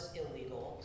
illegal